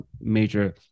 major